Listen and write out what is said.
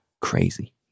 crazy